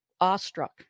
awestruck